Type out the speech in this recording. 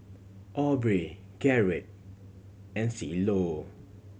Aubrey Garett and Cielo